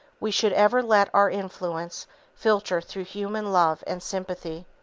we should ever let our influence filter through human love and sympathy.